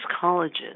colleges